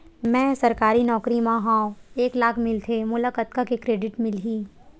मैं सरकारी नौकरी मा हाव एक लाख मिलथे मोला कतका के क्रेडिट मिलही?